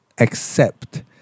accept